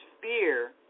fear